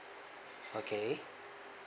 okay